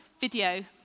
video